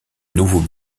nouveaux